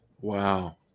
wow